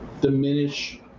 diminish